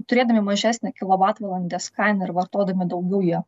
turėdami mažesnę kilovatvalandės kainą ir vartodami daugiau jie